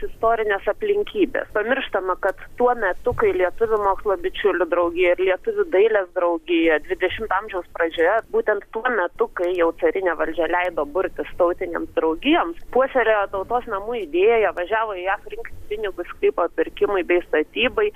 istorinės aplinkybės pamirštama kad tuo metu kai lietuvių mokslo bičiulių draugija ir lietuvių dailės draugija dvidešimto amžiaus pradžioje būtent tuo metu kai jau carinė valdžia leido burtis tautinėms draugijoms puoselėjo tautos namų idėją važiavo į jav rinkti pinigus sklypo pirkimui bei statybai